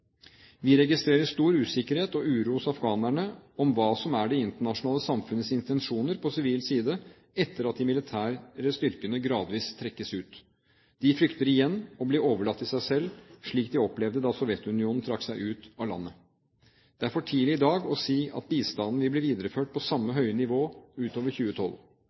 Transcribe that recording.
Vi registrerer stor usikkerhet og uro hos afghanerne om hva som er det internasjonale samfunnets intensjoner på sivil side etter at de militære styrkene gradvis trekkes ut. De frykter igjen å bli overlatt til seg selv slik de opplevde da Sovjetunionen trakk seg ut av landet. Det er for tidlig i dag å si at bistanden vil bli videreført på samme høye nivå utover 2012.